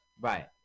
right